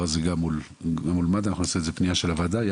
אנחנו נוציא פנייה של הוועדה.